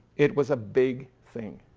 it was a big thing.